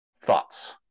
thoughts